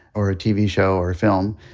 or a tv show, or a film,